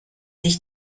sich